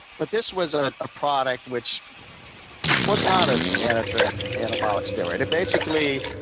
but this was a product which which was not ah an anogenic anabolic steroid. it basically